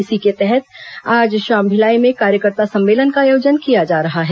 इसी के तहत आज शाम भिलाई में कार्यकर्ता सम्मेलन का आयोजन किया जा रहा है